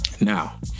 Now